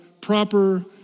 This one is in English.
proper